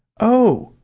oh,